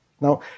Now